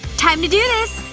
time to do this.